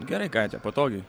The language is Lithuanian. gerai ką čia patogiai